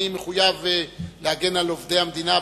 אני מחויב להגן על עובדי המדינה,